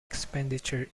expenditure